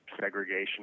segregation